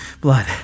blood